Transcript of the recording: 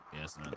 Yes